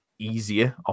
easier